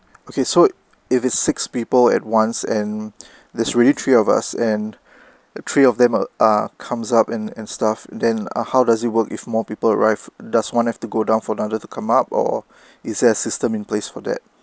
okay so if it's six people at once and there's really three of us and the three of them um ah comes up and and stuff then ah how does it work if more people arrived does one have to go down for another to come up or is there a system in place for that